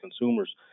consumers